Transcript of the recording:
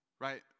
right